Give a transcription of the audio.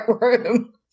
room